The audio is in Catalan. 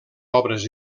obres